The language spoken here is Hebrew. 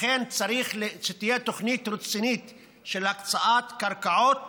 לכן צריך שתהיה תוכנית רצינית של הקצאת קרקעות